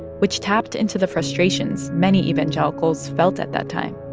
which tapped into the frustrations many evangelicals felt at that time